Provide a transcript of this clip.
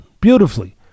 Beautifully